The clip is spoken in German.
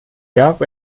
gab